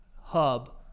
hub